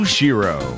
Shiro